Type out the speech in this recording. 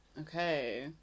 Okay